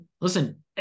listen